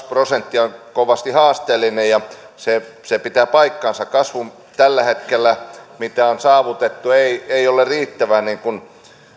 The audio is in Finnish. prosenttia on kovasti haasteellinen se se pitää paikkansa tällä hetkellä kasvu mitä on saavutettu ei ei ole riittävä niin kuin